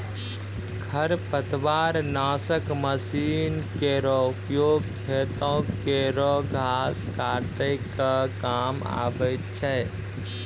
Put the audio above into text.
खरपतवार नासक मसीन केरो उपयोग खेतो केरो घास काटै क काम आवै छै